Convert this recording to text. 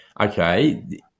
okay